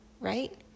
right